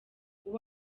uwo